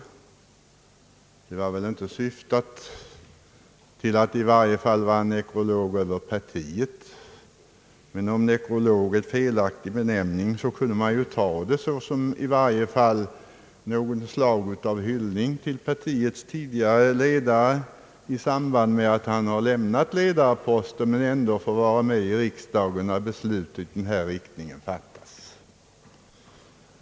Anförandet syftade i varje fall inte till att vara en nekrolog över partiet, men om nekrolog är en felaktig benämning så kunde man ju ta det i varje fall som ett slags hyllning till partiets tidigare 1edare i samband med att han lämnat ledarposten men ändå får vara med här i riksdagen när beslut i den här riktningen fattas.